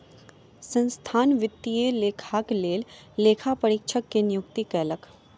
संस्थान वित्तीय लेखाक लेल लेखा परीक्षक के नियुक्ति कयलक